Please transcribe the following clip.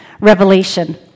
Revelation